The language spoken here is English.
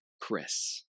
chris